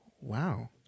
Wow